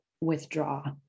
withdraw